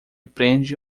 prende